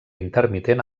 intermitent